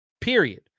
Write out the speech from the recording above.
Period